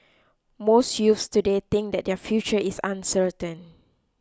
most youths today think that their future is uncertain